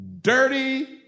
dirty